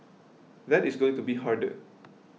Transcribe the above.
that is going to be harder